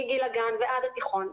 מגיל הגן ועד התיכון,